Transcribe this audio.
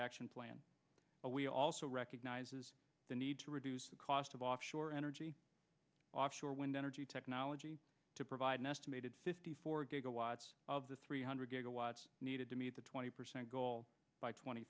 action plan we also recognizes the need to reduce the cost of offshore energy offshore wind energy technology to provide an estimated fifty four gigawatts of the three hundred megawatts needed to meet the twenty percent goal by tw